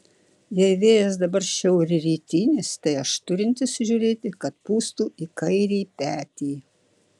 jei vėjas dabar šiaurrytinis tai aš turintis žiūrėti kad pūstų į kairį petį